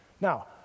Now